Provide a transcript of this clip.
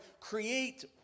create